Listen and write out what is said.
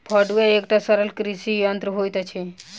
फड़ुआ एकटा सरल कृषि यंत्र होइत अछि